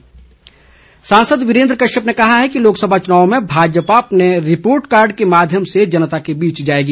वीरेंद्र कश्यप सांसद वीरेंद्र कश्यप ने कहा है कि लोकसभा चुनाव में भाजपा अपने रिपोर्ट कार्ड के माध्यम से जनता के बीच जाएगी